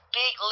big